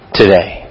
today